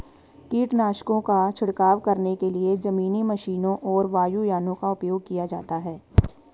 कीटनाशकों का छिड़काव करने के लिए जमीनी मशीनों और वायुयानों का उपयोग किया जाता है